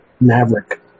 maverick